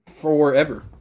Forever